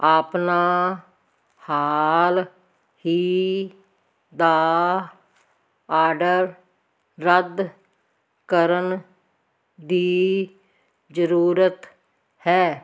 ਆਪਣਾ ਹਾਲ ਹੀ ਦਾ ਆਡਰ ਰੱਦ ਕਰਨ ਦੀ ਜ਼ਰੂਰਤ ਹੈ